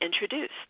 introduced